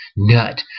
Nut